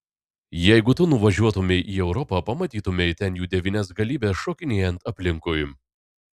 jeigu tu nuvažiuotumei į europą pamatytumei ten jų devynias galybes šokinėjant aplinkui